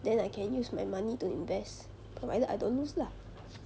then I can use my money to invest from provided I don't lose lah